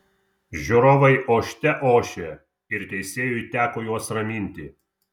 žiūrovai ošte ošė ir teisėjui teko juos raminti